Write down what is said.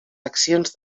accions